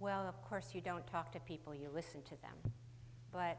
well of course you don't talk to people you listen to but